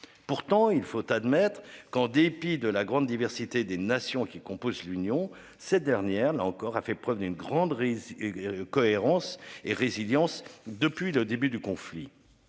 Pourtant il faut admettre qu'en dépit de la grande diversité des nations qui composent l'Union cette dernière là encore a fait preuve d'une grande et cohérence et résilience depuis le début du conflit.